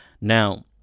now